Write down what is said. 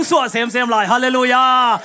Hallelujah